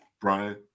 Brian